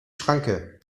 schranke